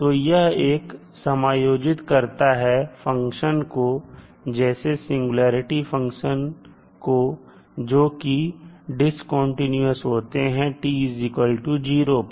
तो यह समायोजित करता है फंक्शन को जैसे सिंगुलेरिटी फंक्शन को जो डिस्कंटीन्यूअस होते हैं t0 पर